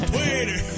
Twitter